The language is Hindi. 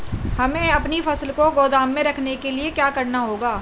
हमें अपनी फसल को गोदाम में रखने के लिये क्या करना होगा?